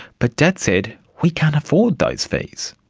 but dad said we can't afford those fees.